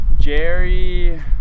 Jerry